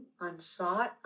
unsought